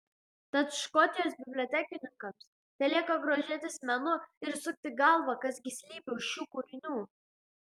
tad škotijos bibliotekininkams telieka grožėtis menu ir sukti galvą kas gi slypi už šių kūrinių